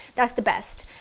that's the best.